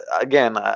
again